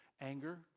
Anger